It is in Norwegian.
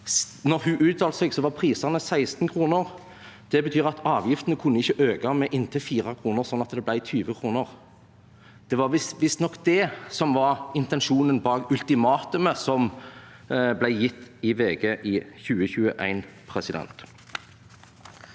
da hun uttalte seg, var prisen på 16 kr, og det betyr at avgiftene ikke kunne øke med inntil 4 kr, sånn at det ble 20 kr. Det var visstnok det som var intensjonen bak ultimatumet som ble gitt i VG i 2021.